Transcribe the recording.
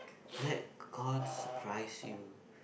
let god surprise you